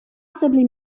possibly